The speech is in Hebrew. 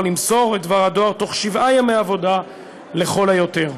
למסור את דבר הדואר תוך שבעה ימי עבודה לכל היותר.